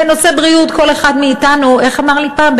בנושא בריאות כל אחד מאתנו, איך אמר לי מישהו פעם?